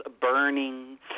burning